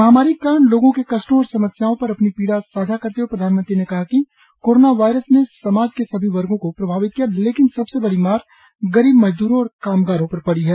महामारी के कारण लोगों के कष्टों और समस्याओं पर अपनी पीड़ा साझा करते हुए प्रधानमंत्री ने कहा कि कोरोना वायरस ने समाज के सभी वर्गो को प्रभावित किया लेकिन सबसे बड़ी मार गरीब मजदूरों और कामगारों पर पड़ी है